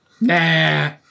Nah